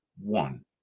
One